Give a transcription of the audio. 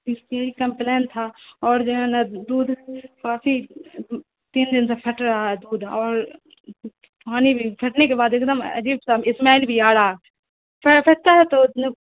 اس کی کمپلین تھا اور جو ہے نا دودھ کافی تین دن سے پھٹ رہا ہے دودھ اور پانی بھی پھٹنے کے بعد ایک دم عجیب سا اسمیل بھی آ رہا